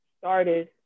started